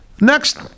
next